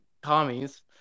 commies